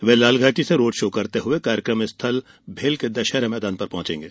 वे लालघाटी से road show करते हुए कार्यक्रम स्थल भेल के दशहरा मैदान पर पहुंचेंगे